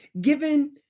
given